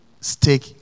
stick